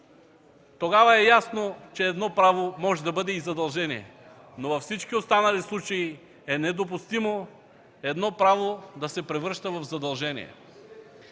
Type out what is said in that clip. тогава е ясно, че едно право може да бъде и задължение, но във всички останали случаи е недопустимо едно право да се превръща в задължение.